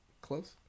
Close